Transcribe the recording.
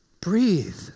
breathe